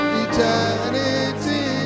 eternity